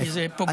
כי זה פוגע,